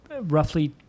roughly